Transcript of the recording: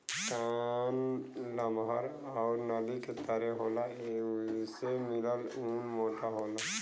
कान लमहर आउर नली के तरे होला एसे मिलल ऊन मोटा होला